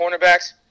cornerbacks